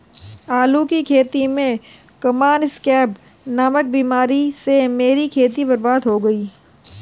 आलू की खेती में कॉमन स्कैब नामक बीमारी से मेरी खेती बर्बाद हो गई